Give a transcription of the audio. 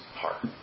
heart